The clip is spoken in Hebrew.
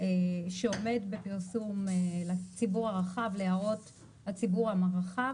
שעומד לפרסום הערות לציבור הרחב.